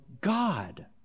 god